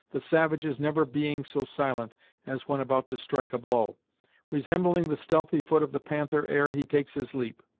the savages never being so silent as when about to strike a blow resembling the stealthy foot of the panther ere he takes his leap.